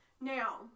Now